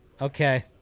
Okay